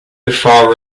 far